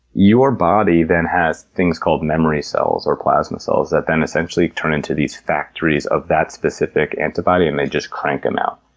your body then has things called memory cells, or plasma cells, that then essentially turn into these factories of that specific antibody, and they just crank them out.